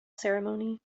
ceremony